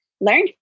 Learn